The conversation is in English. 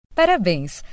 Parabéns